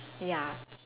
ya